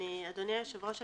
אדוני היושב-ראש,